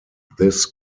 this